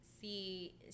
see